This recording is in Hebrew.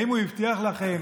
האם הוא הבטיח לכם